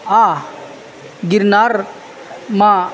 આ ગિરનારમાં